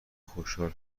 خوشحال